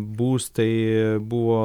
būstai buvo